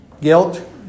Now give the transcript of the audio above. Guilt